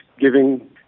giving